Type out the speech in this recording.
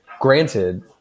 granted